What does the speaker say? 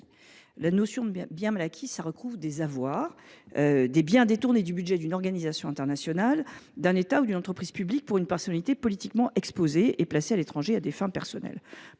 la notion de biens mal acquis désigne des avoirs ou des biens ayant été détournés du budget d’une organisation internationale, d’un État ou d’une entreprise publique pour une personnalité politiquement exposée et placés à l’étranger à des fins personnelles.